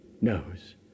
knows